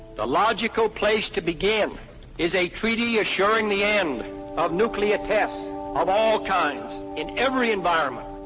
the logical place to begin is a treaty assuring the end of nuclear tests of all kinds, in every environment.